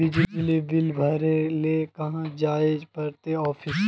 बिजली बिल भरे ले कहाँ जाय पड़ते ऑफिस?